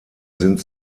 sind